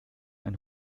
ein